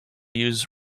use